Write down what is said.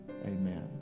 amen